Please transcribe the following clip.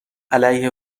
علیه